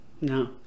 No